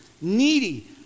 needy